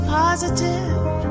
positive